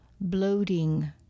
bloating